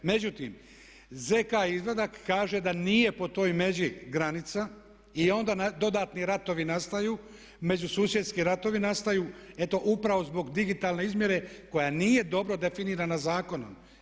Međutim, ZK izvadak kaže da nije po toj međi granica i onda dodatni ratovi nastaju, međususjedski ratovi nastaju eto upravo zbog digitalne izmjere koja nije dobro definirana zakonom.